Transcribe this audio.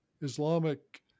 Islamic